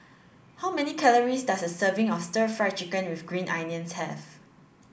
how many calories does a serving of stir fried chicken with ginger onions have